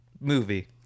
movie